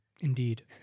Indeed